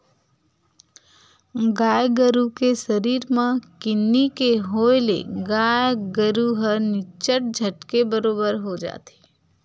गाय गरु के सरीर म किन्नी के होय ले गाय गरु ह निच्चट झटके बरोबर हो जाथे